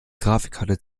grafikkarte